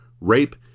rape